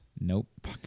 Nope